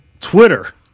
Twitter